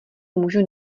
můžu